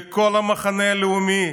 לכל המחנה הלאומי: